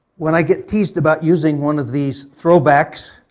when i get teased about using one of these throwbacks,